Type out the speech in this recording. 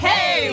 Hey